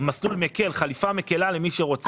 מסלול מקל, חלופה מקלה, למי שרוצה.